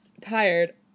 tired